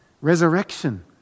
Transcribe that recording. Resurrection